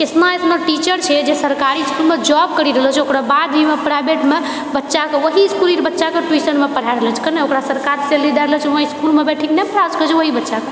कितना इतना टीचर छै जे सरकारी इसकुलमे जॉब करि रहल छै ओकर बादमे प्राइवेटमे बच्चाके ओही स्कूलके बच्चाके ट्यूशनमे पढ़ा रहल अछि केना ओकरा सरकार सैलरी दए रहलछै वहाँ इसकुलमे बैठिके नहि पढ़ा सकैछेै ओएह बच्चाकेँ